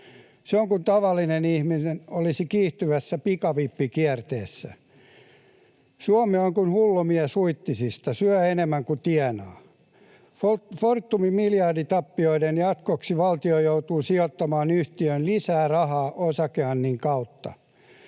Se on kuin tavallinen ihminen olisi kiihtyvässä pikavippikierteessä. Suomi on kuin hullu mies Huittisista, syö enemmän kuin tienaa. Fortumin miljarditappioiden jatkoksi valtio joutuu sijoittamaan yhtiöön lisää rahaa osakeannin kautta.